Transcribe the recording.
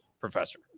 professor